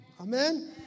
Amen